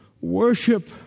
worship